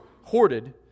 hoarded